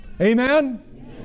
Amen